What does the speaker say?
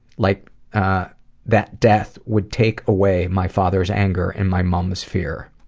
like that death would take away my father's anger and my mum's fear.